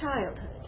childhood